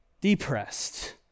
depressed